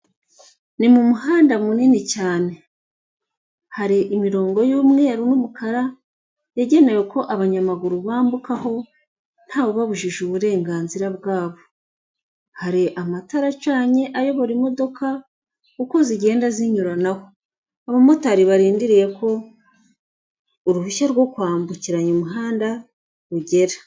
Icyumba kigaragara nkaho hari ahantu bigira ikoranabuhanga, hari abagabo babiri ndetse hari n'undi utari kugaragara neza, umwe yambaye ishati y'iroze undi yambaye ishati y'umutuku irimo utubara tw'umukara, imbere yabo hari amaterefoni menshi bigaragara ko bari kwihugura.